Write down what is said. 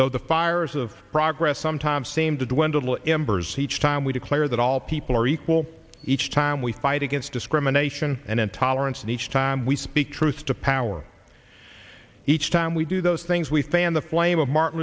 though the fires of progress sometimes seem to dwindle embers each time we declare that all people are equal each time we fight against discrimination and intolerance and each time we speak truth to power each time we do those things we fanned the flame of martin